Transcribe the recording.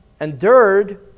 endured